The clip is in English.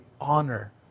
honor